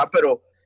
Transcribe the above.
pero